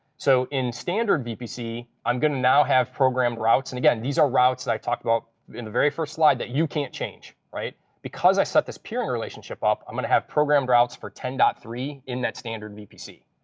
so in standard vpc, i'm going to now have programmed routes. and again, these are routes that i talked about in the very first slide that you can't change. because i set this peering relationship up, i'm going to have programmed routes for ten point three in that standard vpc.